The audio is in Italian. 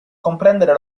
comprendere